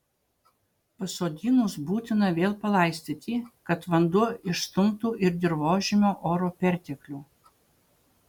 pasodinus būtina vėl palaistyti kad vanduo išstumtų ir dirvožemio oro perteklių